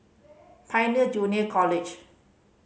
Pioneer Junior College